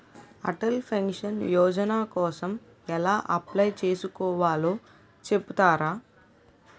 Atal pension Yojana కోసం ఎలా apply చేసుకోవాలో చెపుతారా?